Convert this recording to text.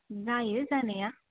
जायो जानाया